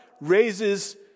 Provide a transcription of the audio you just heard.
raises